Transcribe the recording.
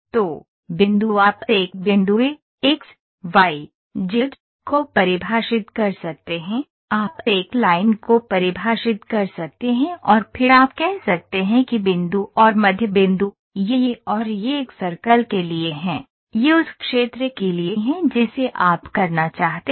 तो बिंदु आप एक बिंदु ए एक्स वाई जेड को परिभाषित कर सकते हैं आप एक लाइन को परिभाषित कर सकते हैं और फिर आप कह सकते हैं कि बिंदु और मध्य बिंदु यह और यह एक सर्कल के लिए है यह उस क्षेत्र के लिए है जिसे आप करना चाहते हैं